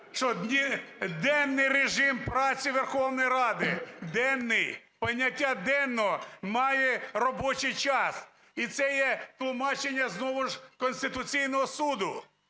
денний режим праці Верховної Ради… Денний! Поняття денного має робочий час, і це є тлумачення знову ж Конституційного Суду.